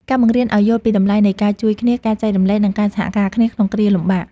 ការបង្រៀនឱ្យយល់ពីតម្លៃនៃការជួយគ្នា ការចែករំលែក និងការសហការគ្នាក្នុងគ្រាលំបាក